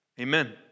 Amen